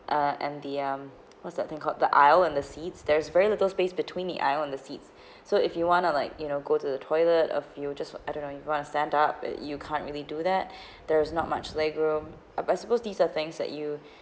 uh and the um what's that thing called the aisle and the seats there's a very little space between the aisle and the seats so if you want to like you know go to the toilet a few just I don't know if you want to stand up uh you can't really do that there is not much leg room ah but I suppose these are things that you